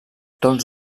tots